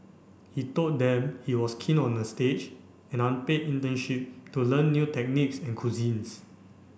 he told them he was keen on a stage an unpaid internship to learn new techniques and cuisines